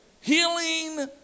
healing